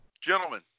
gentlemen